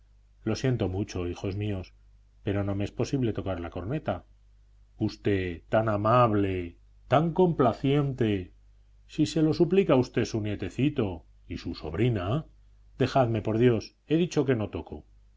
lo siento mucho hijos míos pero no me es posible tocar la corneta usted tan amable tan complaciente se lo suplica a usted su nietecito y su sobrina dejadme por dios he dicho que no toco